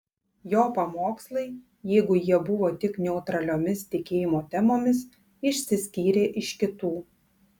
jo pamokslai jeigu jie buvo tik neutraliomis tikėjimo temomis išsiskyrė iš kitų